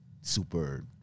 super